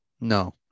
No